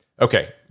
okay